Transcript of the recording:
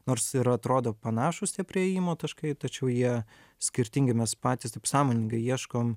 nors ir atrodo panašūs tie priėjimo taškai tačiau jie skirtingi mes patys sąmoningai ieškom